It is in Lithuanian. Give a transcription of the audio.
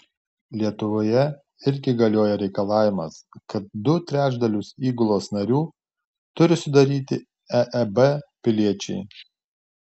lietuvoje irgi galioja reikalavimas kad du trečdalius įgulos narių turi sudaryti eeb piliečiai